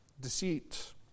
deceit